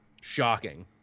Shocking